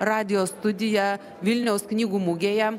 radijo studiją vilniaus knygų mugėje